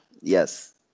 Yes